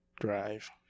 Drive